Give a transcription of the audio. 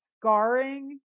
scarring